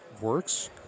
works